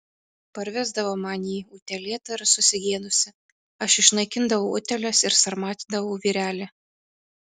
parvesdavo man jį utėlėtą ir susigėdusį aš išnaikindavau utėles ir sarmatydavau vyrelį